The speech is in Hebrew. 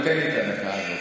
הוא ייתן לי את הדקה הזאת,